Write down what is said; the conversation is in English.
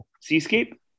seascape